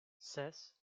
ses